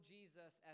Jesus